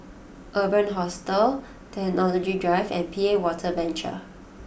Urban Hostel Technology Drive and P A Water Venture